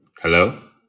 Hello